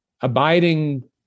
abiding